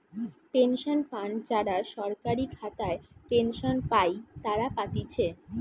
pension fund যারা সরকারি খাতায় পেনশন পাই তারা পাতিছে